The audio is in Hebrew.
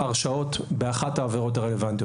הרשעות באחת העבירות הרלוונטיות.